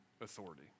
authority